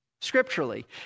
scripturally